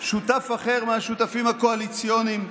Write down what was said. שותף אחר מהשותפים הקואליציוניים.